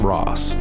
Ross